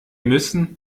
müssen